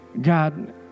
God